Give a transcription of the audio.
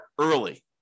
early